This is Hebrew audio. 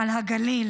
יש בנייה בלתי חוקית.